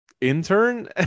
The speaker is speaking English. intern